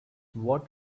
what